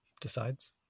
decides